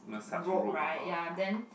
robe right ya then